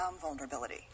vulnerability